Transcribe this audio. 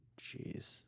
Jeez